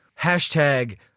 Hashtag